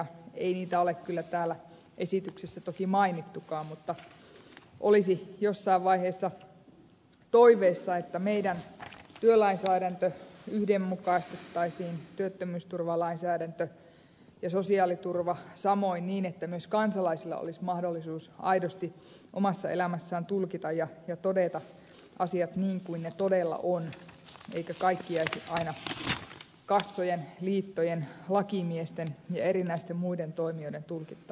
ei niitä ole kyllä täällä esityksessä toki mainittukaan mutta olisi jossain vaiheessa toiveissa että meidän työlainsäädäntömme yhdenmukaistettaisiin työttömyysturvalainsäädäntö ja sosiaaliturva samoin niin että myös kansalaisilla olisi mahdollisuus aidosti omassa elämässään tulkita ja todeta asiat niin kuin ne todella ovat eikä kaikki jäisi aina kassojen liittojen lakimiesten ja erinäisten muiden toimijoiden tulkittavaksi